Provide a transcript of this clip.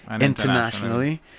internationally